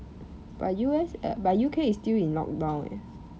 but U_S err but U_K is still in lockdown eh